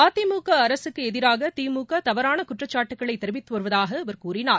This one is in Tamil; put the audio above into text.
அதிமுக அரசுக்கு எதிராக திமுக தவறான குற்றச்சாட்டுக்களைத் தெிவித்து வருவதாக அவர் கூறினார்